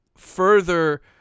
Further